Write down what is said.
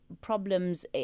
problems